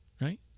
right